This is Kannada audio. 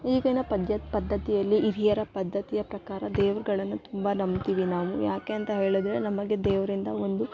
ಈಗಿನ ಪದ್ಯ ಪದ್ಧತಿಯಲ್ಲಿ ಹಿರಿಯರ ಪದ್ಧತಿಯ ಪ್ರಕಾರ ದೇವ್ರುಗಳನ್ನು ತುಂಬ ನಂಬ್ತೀವಿ ನಾವು ಯಾಕೆ ಅಂತ ಹೇಳಿದ್ರೆ ನಮಗೆ ದೇವರಿಂದ ಒಂದು